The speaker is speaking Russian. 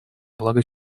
благо